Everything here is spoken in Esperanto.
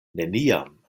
neniam